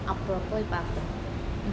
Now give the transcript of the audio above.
பொய் பாக்குறான்:poi paakuran